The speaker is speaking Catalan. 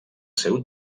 seu